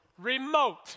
Remote